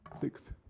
Six